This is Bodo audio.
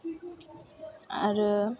आरो